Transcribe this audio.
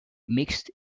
mixed